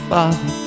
Father